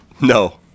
No